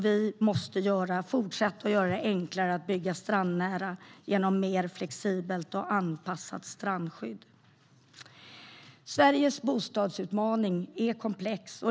Vi måste fortsätta att göra det enklare att bygga strandnära genom ett mer flexibelt och anpassat strandskydd. Sveriges bostadsutmaning är komplex.